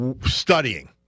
studying